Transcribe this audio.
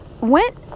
went